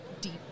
deep